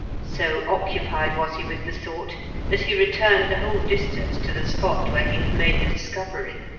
so occupied was he with the thought that he returned the whole distance to the spot where he had made the discovery.